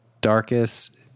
darkest